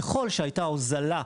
ככל שהייתה הוזלה,